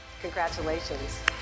Congratulations